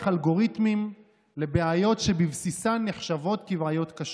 אלגוריתמים לבעיות שבבסיסן נחשבות בעיות קשות.